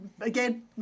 again